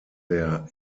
der